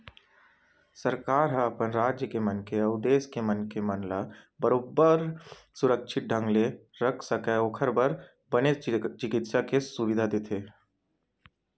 सरकार ह अपन राज के मनखे अउ देस के मनखे मन ला बरोबर सुरक्छित ढंग ले रख सकय ओखर बर बने चिकित्सा के सुबिधा देथे